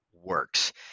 works